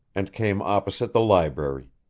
and came opposite the library.